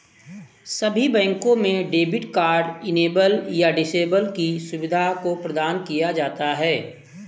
सभी बैंकों में डेबिट कार्ड इनेबल या डिसेबल की सुविधा को प्रदान किया जाता है